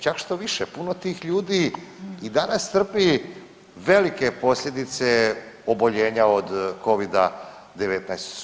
Čak štoviše puno tih ljudi i danas trpi velike posljedice oboljenja od covida 19.